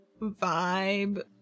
vibe